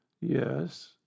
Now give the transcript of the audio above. yes